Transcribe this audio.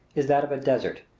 is that of a desert,